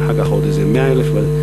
ואחר כך עוד איזה 100,000 ב-1991,